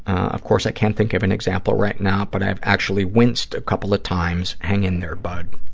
of course, i can't think of an example right now, but i've actually winced a couple of times. hang in there, bud.